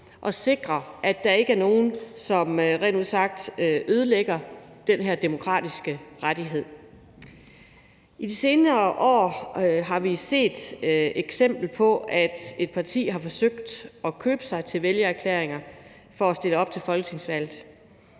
og sikrer, at der ikke er nogen, som rent ud sagt ødelægger den her demokratiske rettighed. I de senere år har vi set et eksempel på, at et parti har forsøgt at købe sig til vælgererklæringer for at stille op ved folketingsvalget.